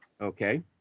Okay